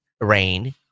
Rain